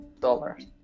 dollars